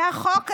החוק הזה,